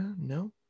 no